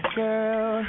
girl